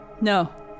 No